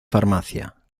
farmacia